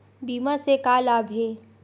बीमा से का लाभ हे?